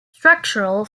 structural